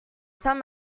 some